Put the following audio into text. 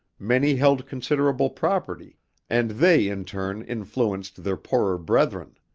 many held considerable property and they in turn influenced their poorer brethren.